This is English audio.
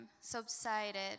subsided